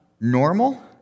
normal